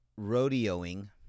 rodeoing